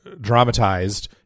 dramatized